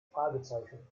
fragezeichen